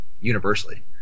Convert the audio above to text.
universally